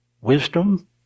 wisdom